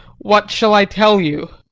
what shall i tell you?